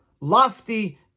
lofty